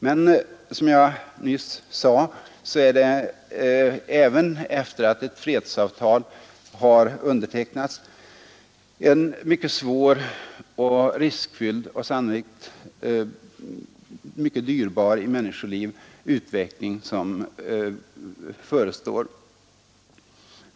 Men som jag nyss sade är, även sedan ett fredsavtal har undertecknats, den utveckling som förestår mycket svår och riskfylld och kan komma att bli mycket dyrbar i människoliv.